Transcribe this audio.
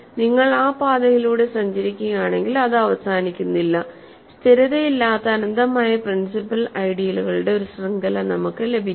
നിങ്ങൾ ആ പാതയിലൂടെ സഞ്ചരിക്കുകയാണെങ്കിൽ അത് അവസാനിക്കുന്നില്ല സ്ഥിരതയില്ലാത്ത അനന്തമായ പ്രിൻസിപ്പൽ ഐഡിയലുകളുടെ ഒരു ശൃംഖല നമുക്ക് ലഭിക്കും